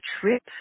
trip